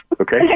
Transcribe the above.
Okay